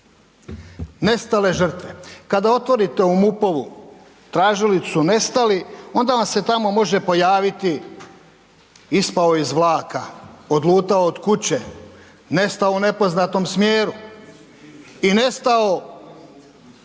Nestale žrtve, kada otvorite ovu MUP-ovu tražilicu nestali, onda vam se tamo može pojaviti ispao je iz vlaka, odlutao od kuće, nestao u nepoznatom smjeru i nestao